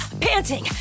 panting